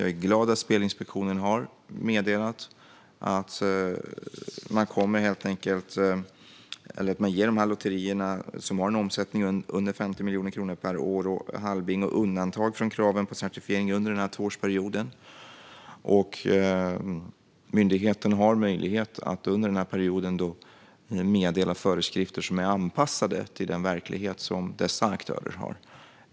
Jag är glad att Spelinspektionen har meddelat att man ger lotterier som har en omsättning under 50 miljoner kronor per år och hallbingo undantag från certifiering under en tvåårsperiod. Myndigheten har möjlighet att under den perioden meddela föreskrifter som är anpassade till dessa aktörers verklighet.